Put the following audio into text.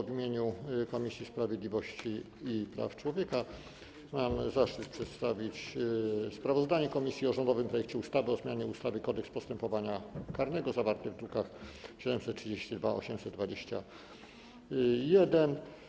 W imieniu Komisji Sprawiedliwości i Praw Człowieka mam zaszczyt przedstawić sprawozdanie o rządowym projekcie ustawy o zmianie ustawy Kodeks postępowania karnego, druki nr 732 i 821.